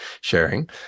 sharing